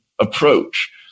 approach